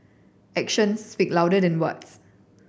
action speak louder than words